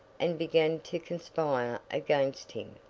and began to conspire against him.